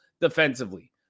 defensively